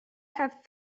have